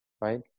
right